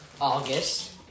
August